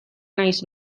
naiz